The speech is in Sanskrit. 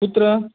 कुत्र